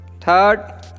Third